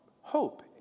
hope